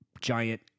giant